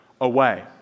away